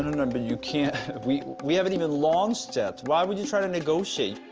no. but you can't we we haven't even launched yet. why would you try to negotiate?